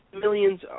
millions